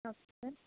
okay sir